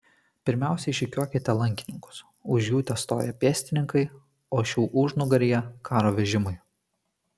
pirmiausia išrikiuokite lankininkus už jų testoja pėstininkai o šių užnugaryje karo vežimai